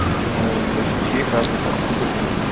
اَسلامُ عَلَیکُم تُہۍ چھِو ٹھیٖک فیصَل صٲب اَصٕل پٲٹھۍ چھُو